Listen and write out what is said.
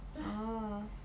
orh